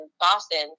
Boston